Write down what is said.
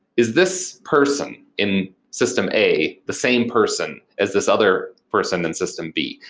is this person in system a the same person as this other person in system b?